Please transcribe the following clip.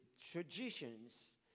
Traditions